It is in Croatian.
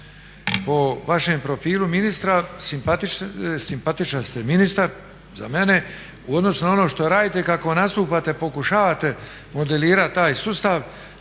Po vašem profilu ministra simpatičan ste ministar za mene u odnosu na ono što radite, kako nastupate, pokušavate modelirat taj sustav,